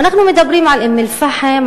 ואנחנו מדברים על אום-אלפחם,